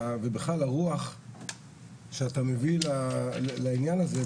ובכלל הרוח שאתה מביא לעניין הזה,